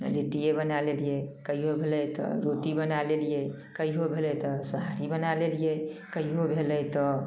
लिट्टिए बनै लेलिए कहिओ भेलै तऽ रोटी बनै लेलिए कहिओ भेलै तऽ सोहारी बनै लेलिए कहिओ भेलै तऽ